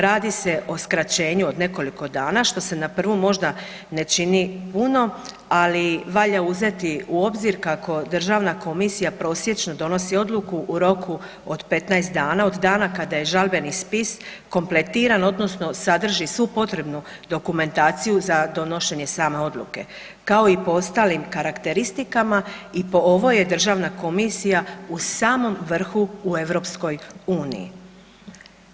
Radi se o skraćenju od nekoliko dana što se na prvu možda ne čini puno ali valja uzeti u obzir kako Državna komisija prosječno donosi odluku u roku od 15 dana od dana kada je žalbeni spis kompletiran odnosno sadrži svu potrebnu dokumentaciju za donošenje same odluke, kao i po ostalim karakteristikama i po ovoj je Državna komisija u samom vrhu u EU-u.